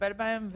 לטפל בהן.